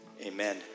amen